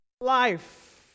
life